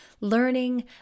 learning